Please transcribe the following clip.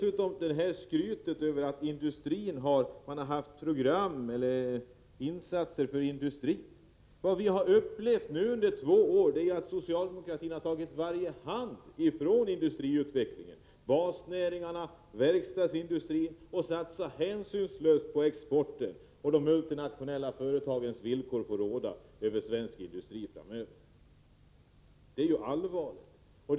Frida Berglund skryter vidare över de program man haft och de insatser som har gjorts för industrin. Vad vi har upplevt under två års tid är att socialdemokratin har tagit sin hand från industriutveckling, bl.a. från en basnäring som verkstadsindustrin, och satsat hänsynslöst på export. De multinationella företagen tycks få råda över svensk industri framöver. Det är allvarligt.